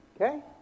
Okay